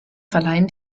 verleihen